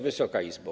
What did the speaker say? Wysoka Izbo!